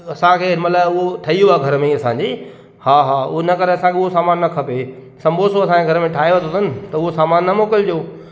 असांखे हिनमहिल उहो ठही वियो आहे घर में ई असांजे हा हा उन करे असांखे उहो सामान न खपे संबोसो असांजे घर में ठाहे वरिती अथनि त उहो सामान न मोकिलिजो